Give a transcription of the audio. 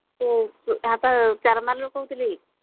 ଏ ହଁ ତ ଚାରମାଲରୁ କହୁଥିଲି